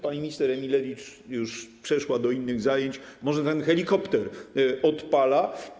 Pani minister Emilewicz już przeszła do innych zajęć, może ten helikopter odpala.